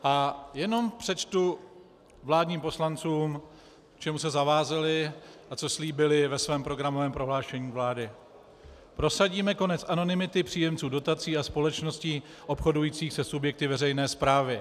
A jenom přečtu vládním poslancům, k čemu se zavázali a co slíbili ve svém programovém prohlášení vlády: Prosadíme konec anonymity příjemců dotací a společností obchodujících se subjekty veřejné správy.